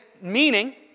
meaning